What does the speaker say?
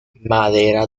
madera